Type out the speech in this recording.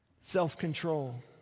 Self-control